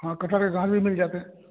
हँ कठहरके गाछ भी मिल जेतै